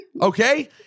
Okay